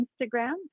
instagram